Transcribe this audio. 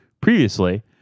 previously